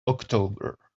october